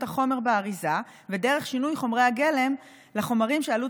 החומר באריזה ודרך שינוי חומרי הגלם לחומרים שעלות